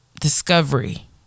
discovery